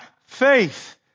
faith